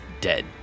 dead